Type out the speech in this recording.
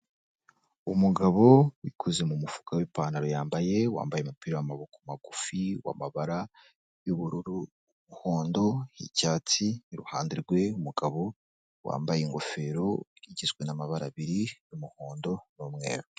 Umugabo wikoze mu mufuka w'ipantaro yambaye, wambaye umupira w'amaboko magufi, w'amabara y'ubururu, umuhondo n'icyatsi, iruhande rwe, umugabo wambaye ingofero igizwe n'amabara abiri umuhondo, n'umweru.